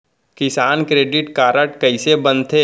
किसान credit card कइसे बनथे?